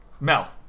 Mel